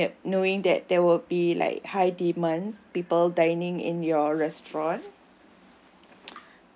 yup knowing that there will be like high demands people dining in your restaurant